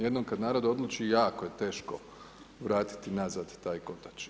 Jednom kad narod odluči jako je teško vratiti nazad taj kotač.